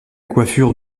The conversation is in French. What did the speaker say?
coiffure